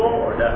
Lord